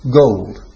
gold